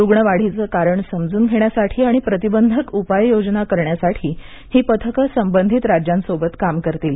रुग्णवाढीचं कारण जाणून घेण्यासाठी आणि प्रतिबंधक उपाययोजना करण्यासाठी हे गट संबंधित राज्यांसोबत काम करतील